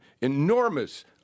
enormous